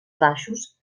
baixos